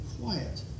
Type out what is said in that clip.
quiet